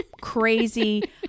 crazy